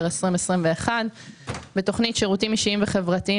2021. בתוכנית שירותים אישיים וחברתיים,